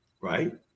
right